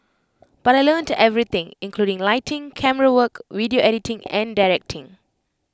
but I learnt everything including lighting camerawork video editing and directing